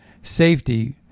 safety